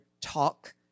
talk